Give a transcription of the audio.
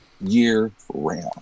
year-round